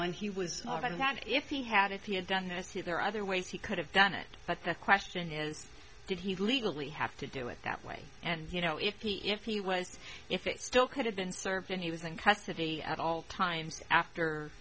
when he was not i mean that if he had if he had done this here there are other ways he could have done it but the question is did he legally have to do it that way and you know if he if he was if it still could have been served and he was in custody at all times after